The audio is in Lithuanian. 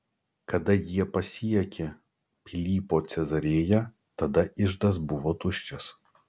kada jie pasiekė pilypo cezarėją tada iždas buvo tuščias